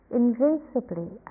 invincibly